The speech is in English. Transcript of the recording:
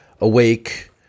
awake